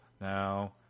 now